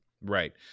Right